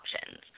options